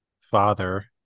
father